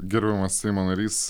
gerbiamas seimo narys